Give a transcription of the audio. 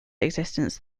existence